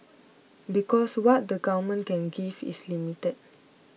because what the government can give is limited